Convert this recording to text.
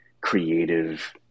creative